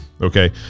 okay